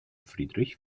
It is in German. friedrich